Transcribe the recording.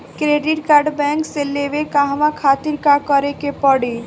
Credit card bank से लेवे कहवा खातिर का करे के पड़ी?